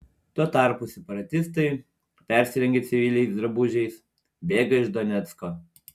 tuo tarpu separatistai persirengę civiliais drabužiais bėga iš donecko